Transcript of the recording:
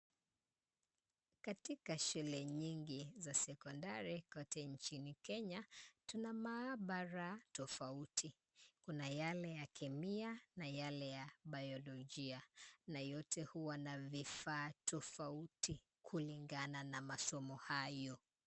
Katika shule nyingi za secondary kote nchini Kenya, tuna maabara tofauti, kuna yale ya chemia, na yale ya biolojia, na yote huwa na vifaa tofauti, kulingana na masomo hayo.